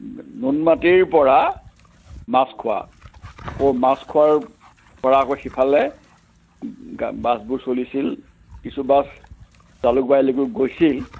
নুনমাটিৰ পৰা মাছখোৱা আকৌ মাছখোৱাৰ পৰা আকৌ সিফালে বাছবোৰ চলিছিল কিছু বাছ জালুকবাৰীলৈকেও গৈছিল